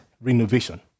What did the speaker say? renovation